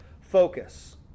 focus